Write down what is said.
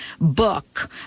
book